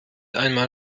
einmal